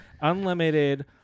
unlimited